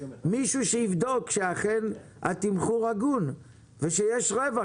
מישהו שיבדוק שאכן התמחור הוא הגון ושיש רווח.